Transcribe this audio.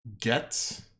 get